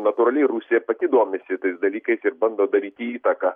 natūraliai rusija pati domisi tais dalykais ir bando daryti įtaką